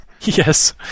Yes